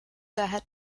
daher